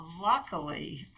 luckily